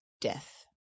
death